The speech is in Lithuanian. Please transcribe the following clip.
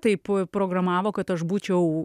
taip programavo kad aš būčiau